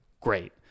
Great